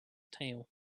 tale